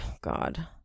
God